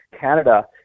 Canada